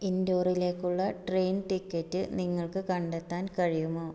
ഇൻഡോറിലേക്കുള്ള train ticket നിങ്ങൾക്ക് കണ്ടെത്താൻ കഴിയുമോ